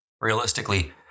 Realistically